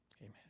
Amen